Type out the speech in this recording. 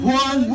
one